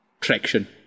traction